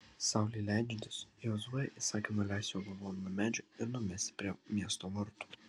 saulei leidžiantis jozuė įsakė nuleisti jo lavoną nuo medžio ir numesti prie miesto vartų